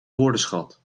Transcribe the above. woordenschat